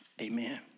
Amen